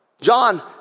John